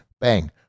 Bang